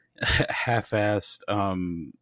half-assed